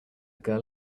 girl